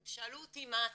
שאלו אותי מה התקציב.